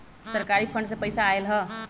सरकारी फंड से पईसा आयल ह?